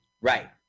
Right